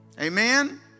Amen